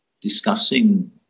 discussing